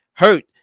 hurt